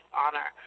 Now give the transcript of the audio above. honor